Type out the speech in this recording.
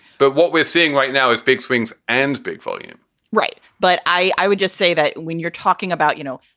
but what we're seeing right now is big swings and big volume right. but i would just say that when you're talking about, you know,